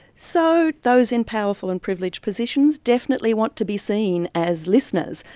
so those in powerful and privileged positions definitely want to be seen as listeners.